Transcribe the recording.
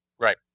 Right